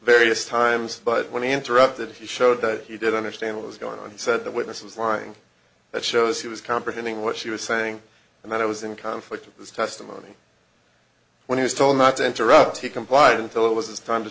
various times but when he interrupted he showed that he did understand what was going on he said the witness was lying that shows he was comprehending what she was saying and that i was in conflict with this testimony when he was told not to interrupt he complied until it was time to